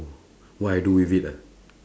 what I do with it ah